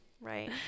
right